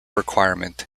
requirement